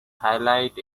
highlight